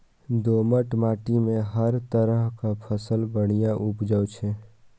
दोमट माटि मे हर तरहक फसल बढ़िया उपजै छै